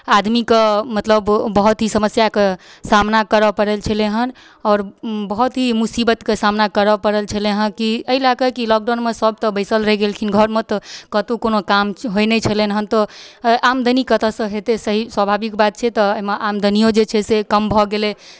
आदमीके मतलब बहुत ही समस्याके सामना करल पड़ल छलै हन आओर बहुत ही मुसीबतके सामना करल पड़ल छलै हँ की अइ लए की लॉकडाउनमे सब तऽ बैसल रहि गेलखिन घरमे तऽ कतौ कोनो काम होइ नहि छलैन हँ तऽ आमदनी कतौसँ हेतै सही स्वाभाविक बात छै तऽ अइमे आमदनियो जे छै से कम भऽ गेलै